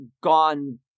gone